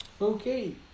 Okay